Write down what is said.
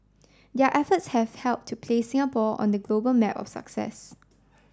their efforts have helped to place Singapore on the global map of success